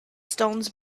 stones